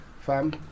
fam